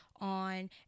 on